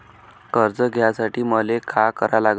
कर्ज घ्यासाठी मले का करा लागन?